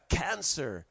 cancer